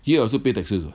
here I also pay taxes [what]